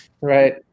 Right